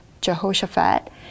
Jehoshaphat